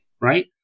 right